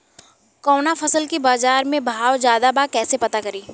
कवना फसल के बाजार में भाव ज्यादा बा कैसे पता करि?